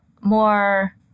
more